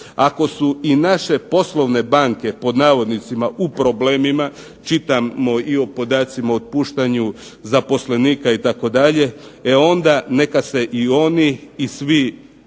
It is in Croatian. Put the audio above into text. Ako su i naše poslovne banke „u problemima“, čitamo i o podacima o otpuštanju zaposlenika itd., e onda neka se i oni i svi